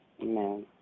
Amen